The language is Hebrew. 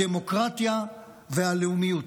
הדמוקרטיה והלאומיות.